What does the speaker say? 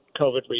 COVID